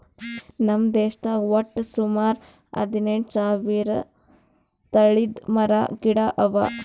ನಮ್ ಭಾರತದಾಗ್ ವಟ್ಟ್ ಸುಮಾರ ಹದಿನೆಂಟು ಸಾವಿರ್ ತಳಿದ್ ಮರ ಗಿಡ ಅವಾ